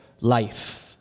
life